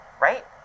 right